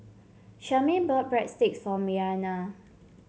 Charmaine bought Breadsticks for Marianna